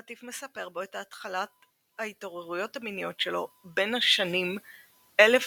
רטיף מספר בו את התחלות ההתעוררויות המיניות שלו בין השנים 1738